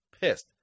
pissed